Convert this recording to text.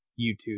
YouTube